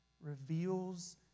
reveals